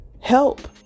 help